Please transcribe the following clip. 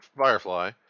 Firefly